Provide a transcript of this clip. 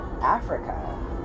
Africa